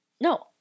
No